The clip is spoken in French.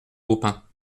baupin